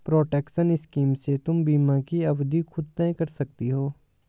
protection scheme से तुम बीमा की अवधि खुद तय कर सकती हो